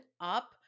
up